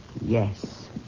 Yes